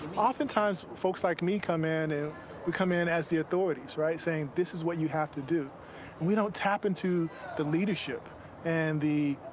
often times folks like me come in, and we come in as the authorities saying, this is what you have to do. and we don't tap into the leadership and the